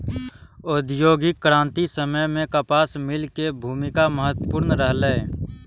औद्योगिक क्रांतिक समय मे कपास मिल के भूमिका महत्वपूर्ण रहलै